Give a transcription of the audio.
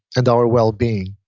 and our wellbeing.